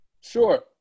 Sure